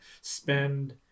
spend